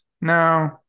No